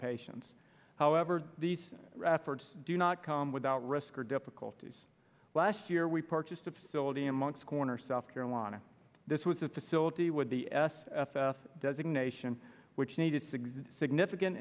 patients however these efforts do not come without risk or difficulties last year we purchased a facility in monks corner south carolina this was a facility with the s s designation which needed six significant